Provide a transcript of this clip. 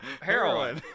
heroin